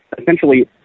essentially